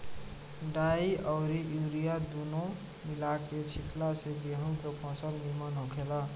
डाई अउरी यूरिया दूनो मिला के छिटला से गेंहू के फसल निमन होखेला